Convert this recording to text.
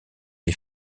les